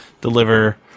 deliver